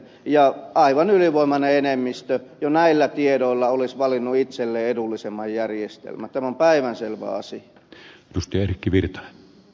ja aivan ylivoimainen enemmistö jo näillä tiedoilla olisi valinnut itselleen edullisemman järjestelmän tämä on päivänselvä asia